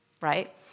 right